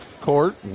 court